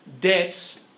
debts